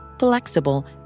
Flexible